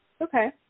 Okay